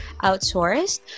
outsourced